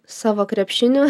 savo krepšinio